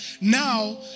now